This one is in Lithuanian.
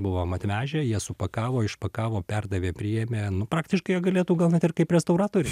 buvom atvežę jie supakavo išpakavo perdavė priėmė nu praktiškai galėtų gal net ir kaip restauratoriai